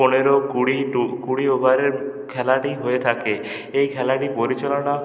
পনেরো কুড়ি কুড়ি ওভারে খেলাটি হয়ে থাকে এই খেলাটি পরিচালনা